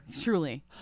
Truly